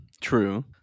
True